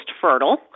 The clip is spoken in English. fertile